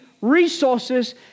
resources